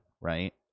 right